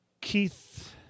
Keith